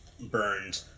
burned